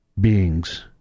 beings